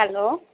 hello